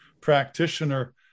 practitioner